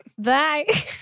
Bye